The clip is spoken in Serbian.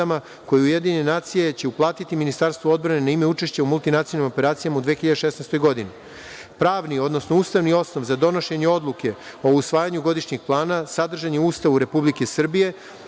koje UN će uplatiti Ministarstvu odbrane na učešće u multinacionalnim operacijama u 2016. godini. Pravni, odnosno ustavni osnov za donošenje odluke o usvajanju godišnjeg plana sadržan je u Ustavu Republike Srbije,